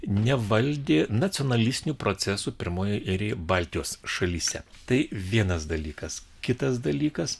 nevaldė nacionalistinių procesų pirmoj eilėj baltijos šalyse tai vienas dalykas kitas dalykas